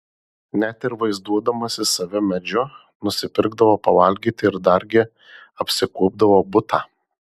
net ir vaizduodamasis save medžiu nusipirkdavo pavalgyti ir dargi apsikuopdavo butą